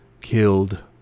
killed